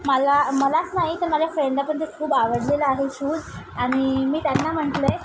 मला मलाच नाही तर माझ्या फ्रेंडला पण ते खूप आवडलेलं आहे शूज आणि मी त्यांना म्हटलं आहे